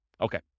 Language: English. Okay